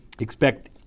expect